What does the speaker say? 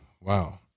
Wow